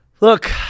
look